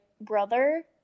brother